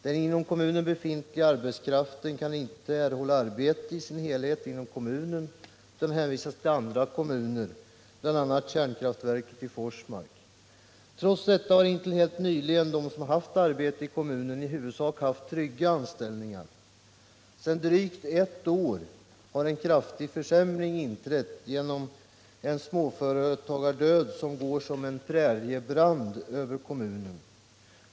Den inom kommunen befintliga arbetskraften kan inte i sin helhet erhålla arbete inom kommunen utan hänvisas till andra kommuner, bl.a. kärnkraftverket i Forsmark. Trots allt har intill helt nyligen de som arbetat i kommunen i huvudsak haft trygga anställningar. Sedan drygt ett år har emellertid en kraftig försämring inträtt genom en småföretagsdöd som går som en präriebrand över kommunen.